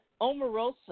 Omarosa